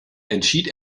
entschied